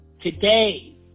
today